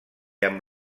amb